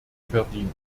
verdient